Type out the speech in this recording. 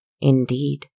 Indeed